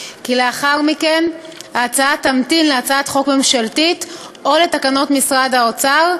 כי לאחר מכן ההצעה תמתין להצעת חוק ממשלתית או לתקנות משרד האוצר,